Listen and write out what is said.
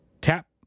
tap